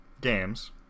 games